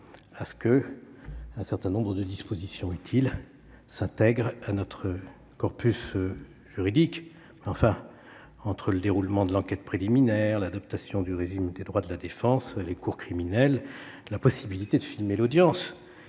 à ce qu'un certain nombre de dispositions utiles s'intègrent à notre corpus juridique. Toujours est-il que, entre le déroulement de l'enquête préliminaire, l'adaptation du régime des droits de la défense, les cours criminelles, la possibilité de filmer l'audience,